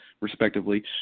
respectively